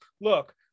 look